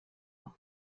auch